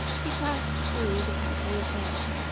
he passed through the country of orn,